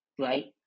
Right